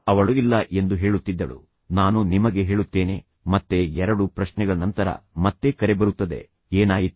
ಅವಳು ಇಲ್ಲ ಎಂದು ಹೇಳುತ್ತಿದ್ದಳು ನಾನು ನಿಮಗೆ ಹೇಳುತ್ತೇನೆ ಮತ್ತೆ ಎರಡು ಪ್ರಶ್ನೆಗಳ ನಂತರ ಮತ್ತೆ ಕರೆ ಬರುತ್ತದೆ ಏನಾಯಿತು